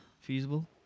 Feasible